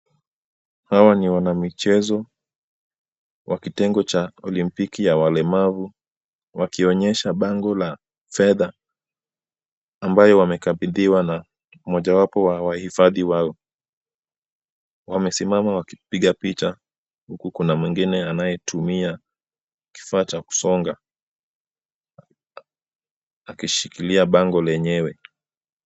Hawa ni wanamichezo wa kitengo cha olimpiki ya walemavu, wakionyesha bango la fedha ambayo wamekabidhiwa na mmoja wapo wa wahifadhi wao. Wamesimama wakipiga picha na kuna mwingine anayetumia kifaa cha kusonga akishikilia bango lenyewe.